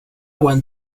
want